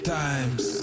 times